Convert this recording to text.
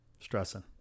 Stressing